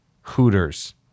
Hooters